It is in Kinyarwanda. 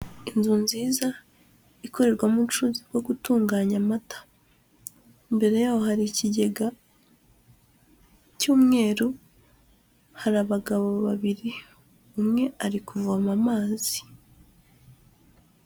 Inzu nziza ikorerwamo ubucuruzi bwo gutunganya amata. Imbere yaho hari ikigega cy'umweru; hari abagabo babiri, umwe ari kuvoma amazi.